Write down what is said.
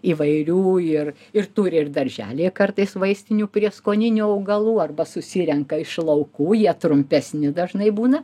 įvairių ir ir turi ir darželyje kartais vaistinių prieskoninių augalų arba susirenka iš laukų jie trumpesni dažnai būna